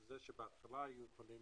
זה שבהתחלה יכולים